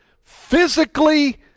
Physically